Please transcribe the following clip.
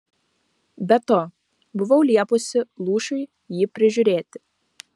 be to buvau liepusi lūšiui jį prižiūrėti